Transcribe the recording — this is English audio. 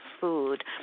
food